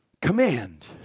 command